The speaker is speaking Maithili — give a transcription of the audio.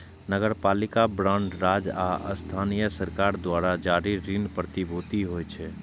नगरपालिका बांड राज्य आ स्थानीय सरकार द्वारा जारी ऋण प्रतिभूति होइ छै